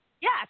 Yes